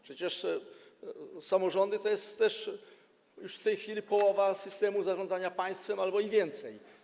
Przecież samorządy to jest już w tej chwili połowa systemu zarządzania państwem, albo i więcej.